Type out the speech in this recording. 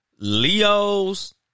Leo's